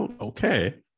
Okay